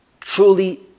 Truly